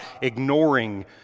ignoring